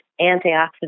antioxidant